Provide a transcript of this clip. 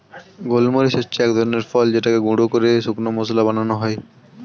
গোলমরিচ হচ্ছে এক ধরনের ফল যেটাকে গুঁড়ো করে শুকনো মসলা বানানো হয়